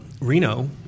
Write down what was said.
Reno